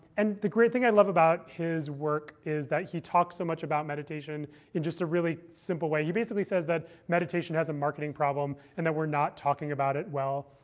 and the great thing i love about his work is that he talked so much about meditation in just a really simple way. and he basically says that meditation has a marketing problem, and that we're not talking about it well.